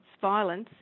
violence